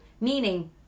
meaning